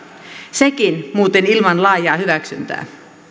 sekin muuten ilman laajaa hyväksyntää